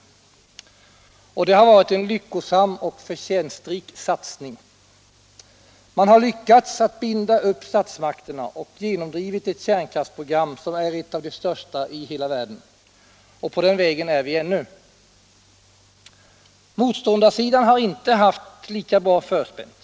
Det visade sig vara en lyckosam och förtjänstrik satsning. Man har lyckats binda upp statsmakterna och genomdriva ett kärnkraftsprogram som är ett av de största i hela världen. På den vägen är vi ännu. Motståndarsidan har inte haft det lika bra förspänt.